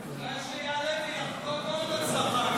כדאי שיעלה ויחגוג עוד הצלחה,